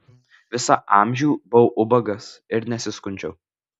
visą amžių buvau ubagas ir nesiskundžiau